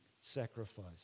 sacrifice